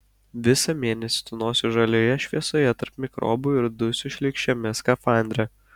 visą mėnesį tūnosiu žalioje šviesoje tarp mikrobų ir dusiu šlykščiame skafandre